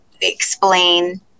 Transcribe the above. explain